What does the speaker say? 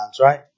right